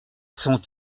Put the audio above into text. sont